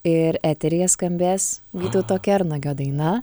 ir eteryje skambės vytauto kernagio daina